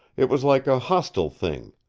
it was like a hostile thing,